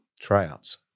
Tryouts